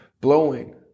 blowing